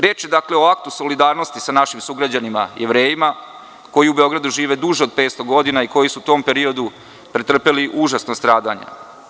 Reč je dakle o aktu solidarnosti sa našim sugrađanima Jevrejima koji u Beogradu žive duže od 500 godina i koji su u tom periodu pretrpeli užasna stradanja.